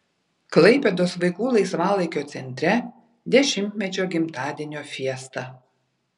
klaipėdos vaikų laisvalaikio centre dešimtmečio gimtadienio fiesta